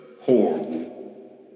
horrible